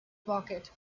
pocket